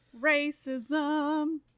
racism